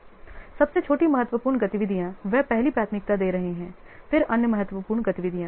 इसलिए सबसे छोटी महत्वपूर्ण गतिविधियां वे पहली प्राथमिकता दे रहे हैं फिर अन्य महत्वपूर्ण गतिविधियाँ